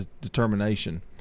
determination